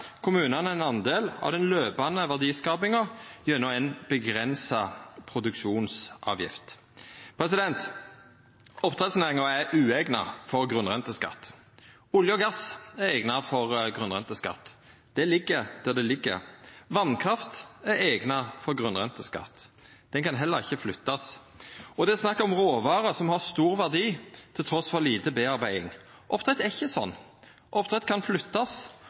kommunane ein del av den løpande verdiskapinga gjennom ei avgrensa produksjonsavgift. Oppdrettsnæringa er ueigna for grunnrenteskatt. Olje og gass er eigna for grunnrenteskatt. Det ligg der det ligg. Vasskraft er eigna for grunnrenteskatt. Ho kan heller ikkje flyttast. Det er snakk om råvarer som har stor verdi trass i lite bearbeiding. Oppdrett er ikkje slik. Oppdrett kan flyttast.